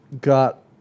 got